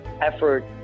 effort